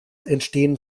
entstehen